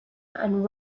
and